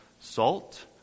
salt